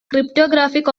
cryptographic